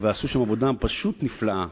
ועשו שם עבודה פשוט נפלאה.